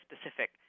specific